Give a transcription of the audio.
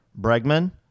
Bregman